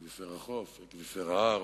אקוויפר החוף, אקוויפר ההר.